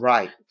Right